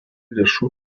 lėšų